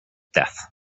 death